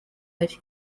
ari